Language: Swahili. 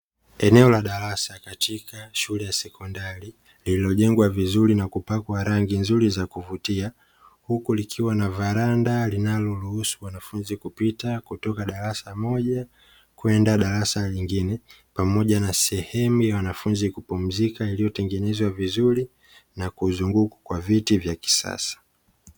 Eneo la darasa katika shule ya sekondari, lililojengwa vizuri na kupakwa rangi nzuri za kuvutia, huku likiwa na veranda linaloruhusu wanafunzi kupita kutoka darasa moja, kwenda darasa jingine, pamoja na sehemu ya wanafunzi kupumzika iliyotengenezwa vizuri na kuzungukwa kwa viti vya kisasa.